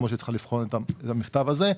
כמו שהיא צריכה לבחון את המכתב הזה.